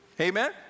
Amen